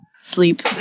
sleep